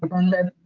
and